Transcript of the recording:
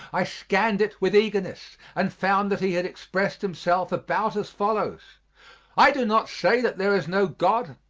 i scanned it with eagerness and found that he had exprest himself about as follows i do not say that there is no god,